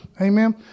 Amen